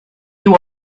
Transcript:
you